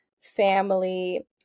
family